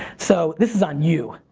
so, this is on you.